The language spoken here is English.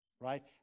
right